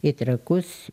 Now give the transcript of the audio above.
į trakus